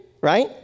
right